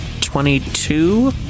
Twenty-two